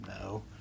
No